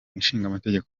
ishingamategeko